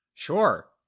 Sure